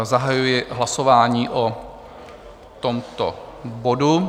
Zahajuji hlasování o tomto bodu.